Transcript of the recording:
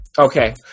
Okay